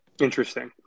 interesting